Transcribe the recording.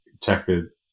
checkers